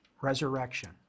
resurrection